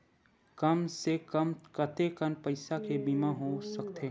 कम से कम कतेकन पईसा के बीमा हो सकथे?